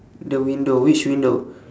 the window which window